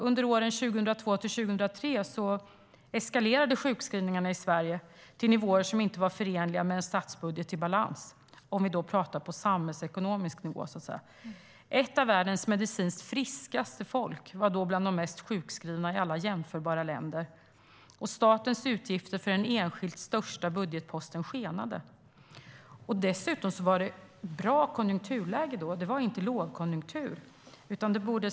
Under åren 2002-2003 eskalerade sjukskrivningarna i Sverige till nivåer som inte var förenliga med en statsbudget i balans. Vi talar på samhällsekonomisk nivå. Ett av världens medicinskt friskaste folk var då bland det mest sjukskrivna i alla jämförbara länder. Statens utgifter för den enskilt största budgetposten skenade. Dessutom var det ett bra konjunkturläge. Det var inte lågkonjunktur.